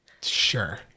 Sure